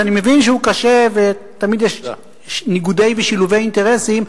שאני מבין שהוא קשה ותמיד יש ניגודי ושילובי אינטרסים,